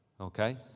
Okay